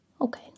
okay